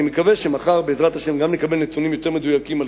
אני מקווה שמחר בעזרת השם נקבל נתונים יותר מדויקים על